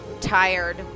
Tired